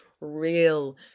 real